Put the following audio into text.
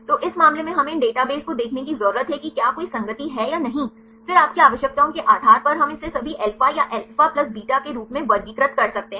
तो इस मामले में हमें इन डेटाबेस को देखने की जरूरत है कि क्या कोई संगति है या नहीं फिर आपकी आवश्यकताओं के आधार पर हम इसे सभी अल्फा या अल्फा प्लस बीटा के रूप में वर्गीकृत कर सकते हैं